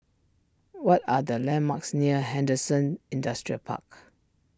what are the landmarks near Henderson Industrial Park